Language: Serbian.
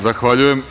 Zahvaljujem.